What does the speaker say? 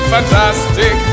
Fantastic